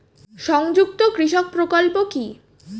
সংযুক্ত কৃষক প্রকল্প কি?